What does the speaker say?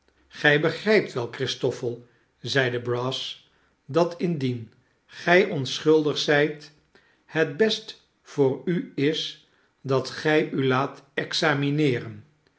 gij begrijpt wel christoffel zeide brass dat indien gij onschuldig zijt het best voor u is dat gij u laat examineeren